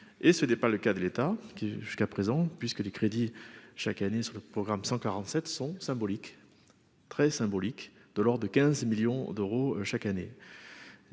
et ce n'est pas le cas de l'état qui jusqu'à présent, puisque les crédits chaque année sur le programme 147 sont symbolique, très symbolique de l'or de 15 millions d'euros chaque année,